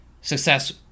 success